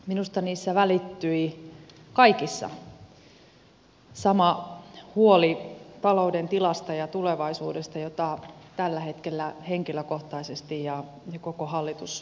minusta niissä kaikissa välittyi sama huoli talouden tilasta ja tulevaisuudesta jota tällä hetkellä henkilökohtaisesti ja koko hallitus jaamme